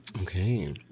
Okay